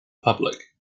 public